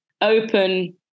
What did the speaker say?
Open